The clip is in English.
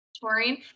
Taurine